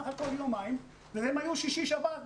סך הכול יומיים והם היו שישי-שבת.